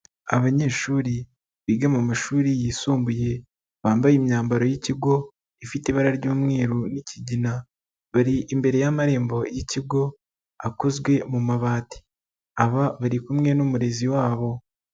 Abanyeshuri biga mu mashuri yisumbuye, bambaye imyambaro y'ikigo ifite ibara ry'umweru n'ikigina, bari imbere y'amarembo y'ikigo akozwe mu mabati, aba bari kumwe n'umurezi wabo.